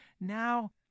now